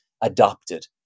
adopted